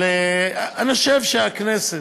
אבל אני חושב שהכנסת,